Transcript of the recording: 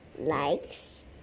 likes